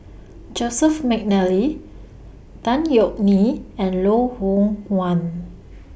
Joseph Mcnally Tan Yeok Nee and Loh Hoong Kwan